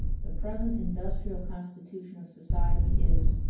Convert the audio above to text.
the present industrial constitution of society is,